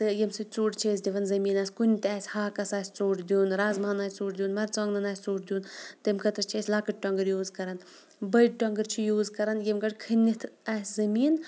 تہٕ ییٚمہِ سۭتۍ ژۄڈ چھِ أسۍ دِوان زٔمیٖنَس کُنہِ تہِ آسہِ ہاکَس آسہِ ژۄڈ دیُٚن رَزماہَن آسہِ ژۄڈ دیُٚن مَرژٕوانٛگنَن آسہِ ژۄڈ دیُٚن تَمہِ خٲطرٕ چھِ أسۍ لَکٕٹۍ ٹۄنٛگٕرۍ یوٗز کَران بٔڈۍ ٹۄنٛگٕرۍ چھِ یوٗز کَران ییٚمہِ گۄڈٕ کھٔنِتھ آسہِ زٔمیٖن